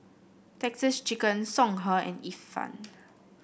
Texas Chicken Songhe and Ifan